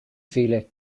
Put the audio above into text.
mhíle